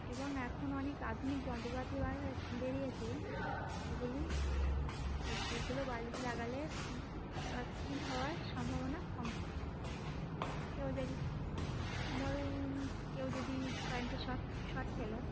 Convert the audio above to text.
এবং এখন অনেক আধুনিক যন্ত্রপাতি বা বেরিয়েছে সেগুলি যেগুলো বাড়িতে লাগালে অ্যাক্সিডেন্ট হওয়ার সম্ভাবনা কম থাকে কেউ যদি ধরো কেউ যদি কারেন্টে শক শক খেলো